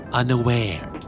unaware